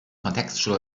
contextual